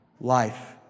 life